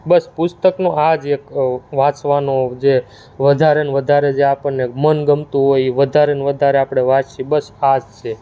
બસ પુસ્તકનો આ જ એક વાંચવાનો જે વધારે ને વધારે જે આપણને મન ગમતું હોય એ વધારે ને વધારે આપણે વાંચીએ બસ આજ છે